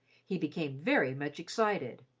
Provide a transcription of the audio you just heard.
he became very much excited.